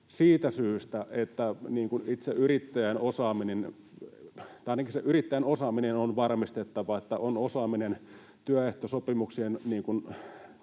siitä syystä, ja ainakin se yrittäjän osaaminen on varmistettava, että on osaaminen työsopimuksien